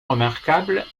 remarquable